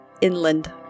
inland